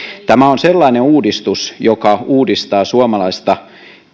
tämä on sellainen uudistus joka uudistaa suomalaista